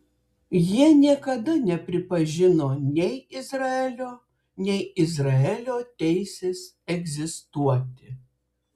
jie niekada nepripažino nei izraelio nei izraelio teisės egzistuoti